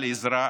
על העזרה,